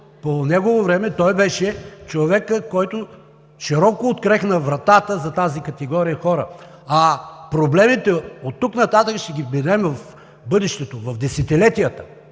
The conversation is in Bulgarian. по негово време, той беше човекът, който широко открехна вратата за тази категория хора. А проблемите оттук нататък ще са в бъдещето, в десетилетията,